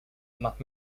más